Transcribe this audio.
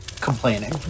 complaining